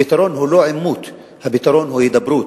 הפתרון הוא לא עימות, הפתרון הוא הידברות.